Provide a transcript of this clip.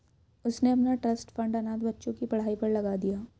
उसने अपना trust fund अनाथ बच्चों की पढ़ाई पर लगा दिया